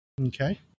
Okay